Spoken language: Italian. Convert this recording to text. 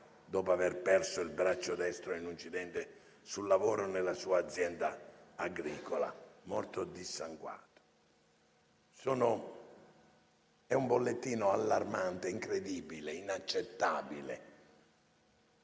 dopo aver perso il braccio destro in un incidente sul lavoro nella sua azienda agricola. È un bollettino allarmante, incredibile e inaccettabile,